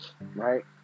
right